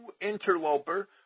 interloper